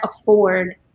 afford